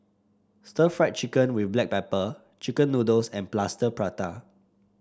Stir Fried Chicken with Black Pepper Chicken noodles and Plaster Prata